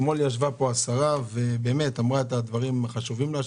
אתמול ישבה פה השרה ואמרה את הדברים החשובים לה.